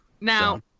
Now